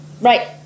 Right